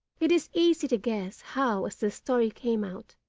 it is easy to guess how, as the story came out,